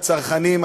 הצרכנים,